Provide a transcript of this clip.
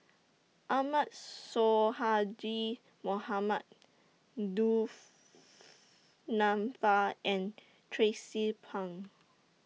Ahmad Sonhadji Mohamad Du Nanfa and Tracie Pang